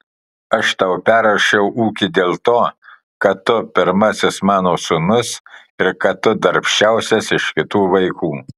aš tau perrašiau ūkį dėl to kad tu pirmasis mano sūnus ir kad tu darbščiausias iš kitų vaikų